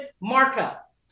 markup